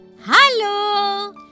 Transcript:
Hello